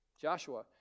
Joshua